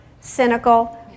cynical